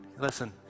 Listen